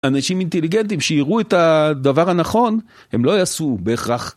אנשים אינטליגנטים שיראו את הדבר הנכון, הם לא יעשו בהכרח...